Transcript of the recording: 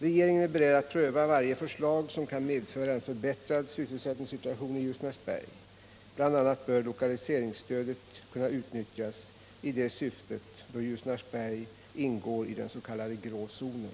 Regeringen är beredd att pröva varje förslag som kan medföra en förbättrad sysselsättningssituation i Ljusnarsberg. BI. a. bör lokaliseringsstödet kunna utnyttjas i det syftet då Ljusnarsberg ingår i den s.k. grå zonen.